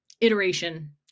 iteration